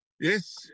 Yes